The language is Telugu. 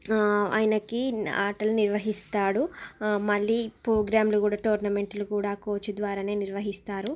ఆయనకి ఆటలు నిర్వహిస్తాడు మళ్ళీ ప్రోగ్రామ్లు టోర్నమెంట్లు కూడా కోచ్ ద్వారానే నిర్వహిస్తారు